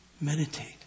Meditate